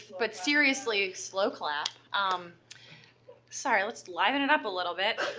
but seriously, slow clap. um sorry, let's liven it up a little bit.